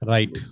Right